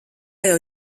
jau